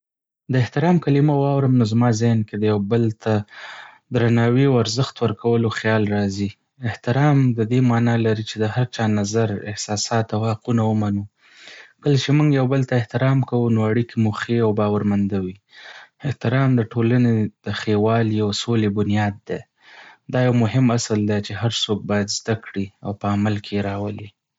د احترام کلمه واورم، نو زما ذهن کې د یو بل ته درناوي او ارزښت ورکولو خیال راځي. احترام ددې مانا لري چې د هر چا نظر، احساسات او حقونه ومنو. کله چې مونږ یو بل ته احترام کوو، نو اړیکې مو ښې او باورمنده وي. احترام د ټولنې د ښېوالي او سولې بنیاد دی. دا یو مهم اصل دی چې هر څوک باید زده کړي او په عمل کې یې راولي.